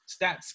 stats